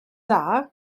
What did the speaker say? dda